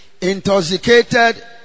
intoxicated